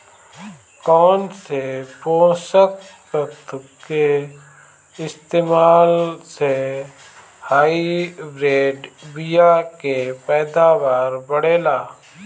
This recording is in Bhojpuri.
कौन से पोषक तत्व के इस्तेमाल से हाइब्रिड बीया के पैदावार बढ़ेला?